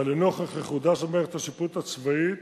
אבל לנוכח ייחודה של מערכת השיפוט הצבאית